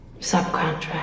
Subcontract